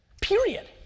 Period